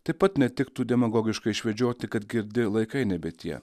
taip pat netiktų demagogiškai išvedžioti kad girdi laikai nebe tie